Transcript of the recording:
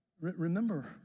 remember